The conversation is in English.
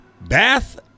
bath